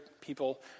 people